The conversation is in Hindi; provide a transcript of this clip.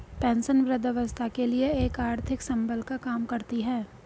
पेंशन वृद्धावस्था के लिए एक आर्थिक संबल का काम करती है